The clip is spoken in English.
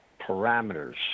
Parameters